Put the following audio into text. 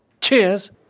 Cheers